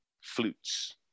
flutes